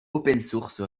opensource